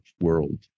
world